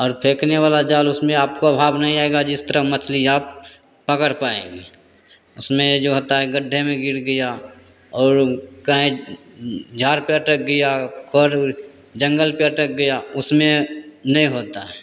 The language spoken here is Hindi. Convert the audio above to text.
और फेंकने वाला जाल उसमें आपको अभाव नहीं रहेगा जिस तरह मछली आप पकड़ पाएंगे उसमें ये जो होता है गड्ढे में गिर गया और कहीं झाड़ पर अटक गया और जंगल पर अटक गया उसमें नहीं होता है